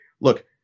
look